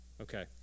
Okay